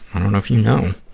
i don't know if you know.